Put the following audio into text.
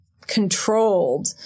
controlled